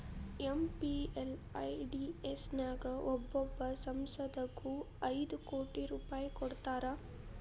MPLADS ನ್ಯಾಗ ಒಬ್ಬೊಬ್ಬ ಸಂಸದಗು ಐದು ಕೋಟಿ ರೂಪಾಯ್ ಕೊಡ್ತಾರಾ